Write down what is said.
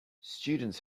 students